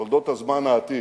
הזמן העתיק,